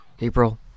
April